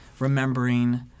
remembering